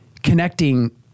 connecting